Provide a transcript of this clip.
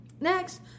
Next